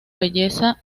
riqueza